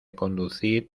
conducir